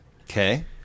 Okay